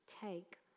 take